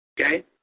Okay